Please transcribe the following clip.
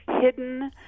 Hidden